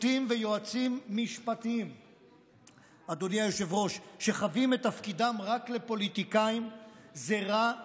שופטים ויועצים משפטיים שחבים את תפקידם רק לפוליטיקאים זה רע לכולנו.